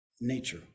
nature